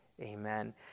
Amen